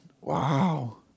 Wow